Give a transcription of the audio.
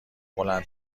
بلند